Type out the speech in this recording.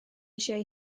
eisiau